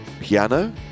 Piano